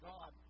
God